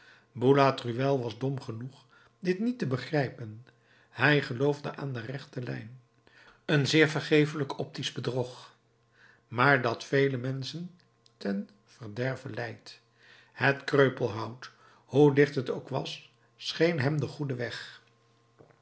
boulatruelle was dom genoeg dit niet te begrijpen hij geloofde aan de rechte lijn een zeer vergeeflijk optisch bedrog maar dat vele menschen ten verderve leidt het kreupelhout hoe dicht het ook was scheen hem de goede weg